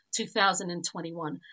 2021